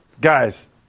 guys